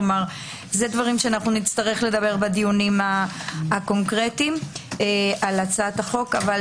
זה דברים שנדבר בדיונים הקונקרטיים על הצעת החוק אך